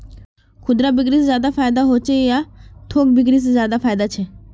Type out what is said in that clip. खुदरा बिक्री से ज्यादा फायदा होचे या थोक बिक्री से ज्यादा फायदा छे?